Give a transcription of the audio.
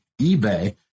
eBay